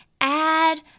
add